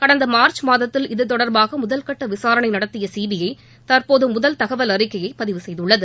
கடந்த மார்ச் மாதத்தில் இதுதொடர்பாக முதல்கட்ட விசாரணை நடத்திய சிபிஐ தற்போது முதல் தகவல் அறிக்கை பதிவு செய்துள்ளது